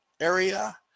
area